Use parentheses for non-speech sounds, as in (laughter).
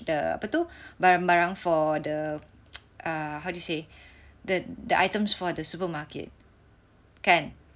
the apa tu barang barang for the (noise) err how do you say the the items for the supermarket kan